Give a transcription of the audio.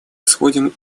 исходим